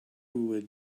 would